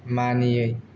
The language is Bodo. मानियै